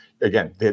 again